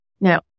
Now